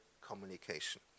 communication